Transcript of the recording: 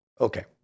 okay